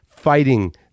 fighting